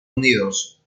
unidos